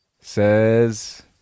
says